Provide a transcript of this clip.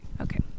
Okay